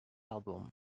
album